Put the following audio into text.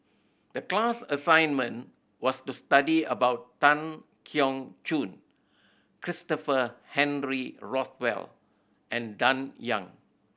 the class assignment was to study about Tan Keong Choon Christopher Henry Rothwell and Dan Ying